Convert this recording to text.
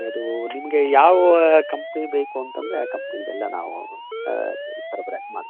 ಅದು ನಿಮಗೆ ಯಾವ ಕಂಪ್ನಿ ಬೇಕು ಅಂತಂದರೆ ಆ ಕಂಪ್ನಿಂದು ಎಲ್ಲ ನಾವು ಸರಬರಾಜ್ ಮಾಡ್ತೀವಿ